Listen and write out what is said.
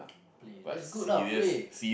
play that's good lah play